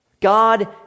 God